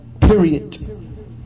period